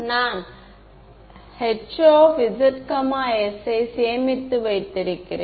எனவே JE அங்கு என்னிடம் என்ன இருந்தது